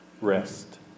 Rest